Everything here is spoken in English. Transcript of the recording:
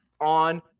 on –